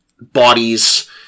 bodies